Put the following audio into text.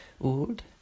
Old